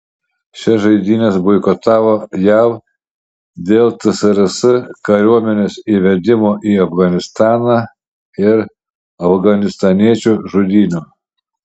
šias žaidynes boikotavo jav dėl tsrs kariuomenės įvedimo į afganistaną ir afganistaniečių žudynių